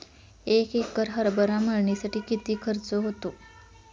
एक एकर हरभरा मळणीसाठी किती खर्च होतो?